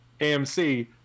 AMC